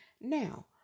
Now